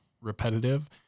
repetitive